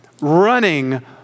running